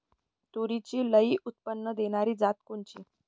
तूरीची लई उत्पन्न देणारी जात कोनची?